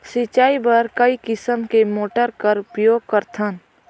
सिंचाई बर कई किसम के मोटर कर उपयोग करथन?